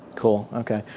cool, okay.